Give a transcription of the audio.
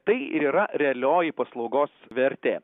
tai yra realioji paslaugos vertė